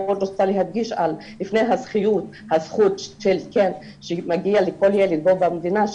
לפני הזכות שמגיעה לכל ילד פה במדינה,